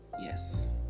Yes